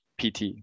PT